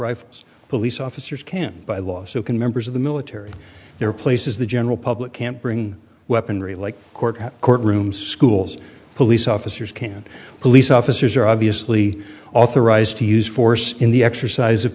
rifles police officers can by law so can members of the military their places the general public can't bring weaponry like court courtroom schools police officers can't police officers are obviously authorized to use force in the exercise of